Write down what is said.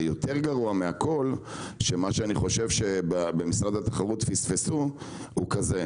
אני חושב שמשרד התחרות פספסו דבר שהוא יותר גרוע מהכול,